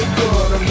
good